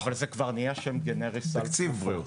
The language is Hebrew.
או תקציב בריאות.